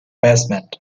basement